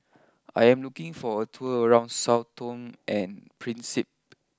I am looking for a tour around Sao Tome and Principe